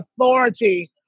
authority